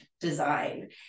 design